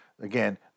Again